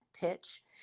pitch